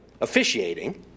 officiating